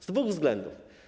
Z dwóch względów.